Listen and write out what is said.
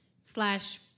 slash